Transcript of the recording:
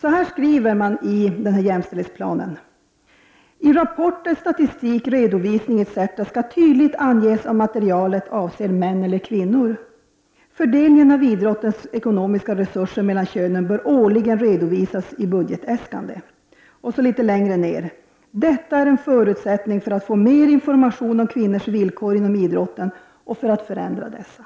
Så här skriver man i planen: ”I rapporter, statistik, redovisning etc skall tydligt anges om materialet avser män eller kvinnor. Fördelningen av idrottens ekonomiska resurser mellan könen bör årligen redovisas i budgetäskande. ——— Detta är en förutsättning för att få mer information om kvinnors villkor inom idrotten och för att förändra dessa.”